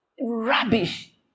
Rubbish